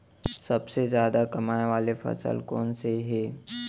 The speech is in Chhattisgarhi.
सबसे जादा कमाए वाले फसल कोन से हे?